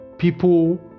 People